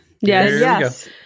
Yes